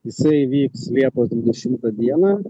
jisai vyks liepos dvidešim dieną